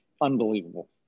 unbelievable